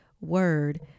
word